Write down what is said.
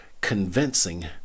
convincing